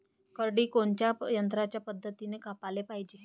करडी कोनच्या यंत्राच्या मदतीनं कापाले पायजे?